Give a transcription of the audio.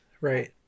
right